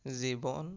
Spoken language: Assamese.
জীৱন